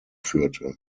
führte